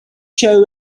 show